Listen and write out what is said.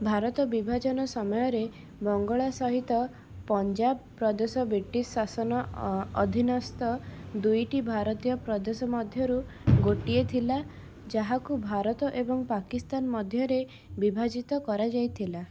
ଭାରତ ବିଭାଜନ ସମୟରେ ବଙ୍ଗଳା ସହିତ ପଞ୍ଜାବ ପ୍ରଦେଶ ବ୍ରିଟିଶ ଶାସନ ଅଧୀନସ୍ଥ ଦୁଇଟି ଭାରତୀୟ ପ୍ରଦେଶ ମଧ୍ୟରୁ ଗୋଟିଏ ଥିଲା ଯାହାକୁ ଭାରତ ଏବଂ ପାକିସ୍ତାନ ମଧ୍ୟରେ ବିଭାଜିତ କରାଯାଇଥିଲା